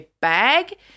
bag